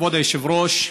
כבוד היושב-ראש,